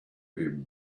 him